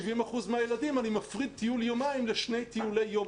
אני מפריד טיול יומיים לשני טיולי יום,